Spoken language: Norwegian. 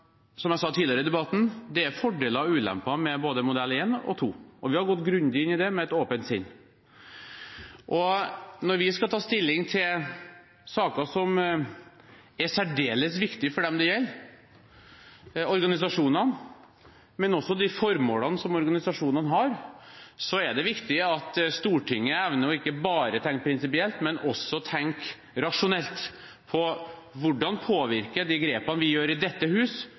med både modell 1 og modell 2, og vi har gått grundig inn i dem, med et åpent sinn. Når vi skal ta stilling til saker som er særdeles viktige for dem det gjelder – organisasjonene – men også for de formålene som organisasjonene har, er det viktig at Stortinget evner ikke bare å tenke prinsipielt, men også å tenke rasjonelt på hvordan de grepene vi gjør i dette hus,